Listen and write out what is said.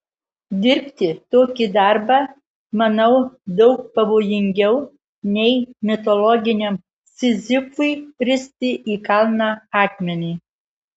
dirbti tokį darbą manau daug pavojingiau nei mitologiniam sizifui risti į kalną akmenį